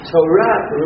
Torah